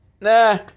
nah